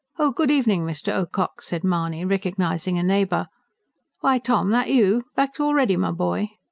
oh, good evening, mr. ocock, said mahony, recognising a neighbour why, tom, that you? back already, my boy?